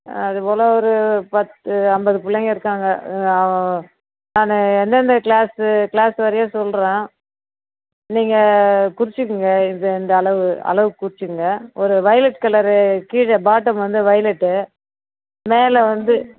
அது போல் ஒரு பத்து ஐம்பது பிள்ளைங்க இருக்காங்க நானு எந்தெந்த க்ளாஸு க்ளாஸ் வாரியாக சொல்லுறேன் நீங்கள் குறிச்சிக்கிங்க இதை இந்த அளவு அளவு குறிச்சிக்கங்க ஒரு வைலட் கலரு கீழே பாட்டம் வந்து வைலட்டு மேலே வந்து